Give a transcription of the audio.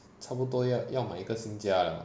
差不多要要买一个新家 liao